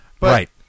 Right